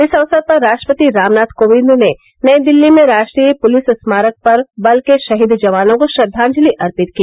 इस अवसर पर राष्ट्रपति रामनाथ कोविंद ने नई दिल्ली में राष्ट्रीय पुलिस स्मारक पर बल के शहीद जवानों को श्रद्वांजलि अर्पित की